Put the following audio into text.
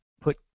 put